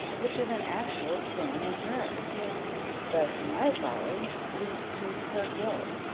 which is an actual sin in her thus my folly leads to her guilt,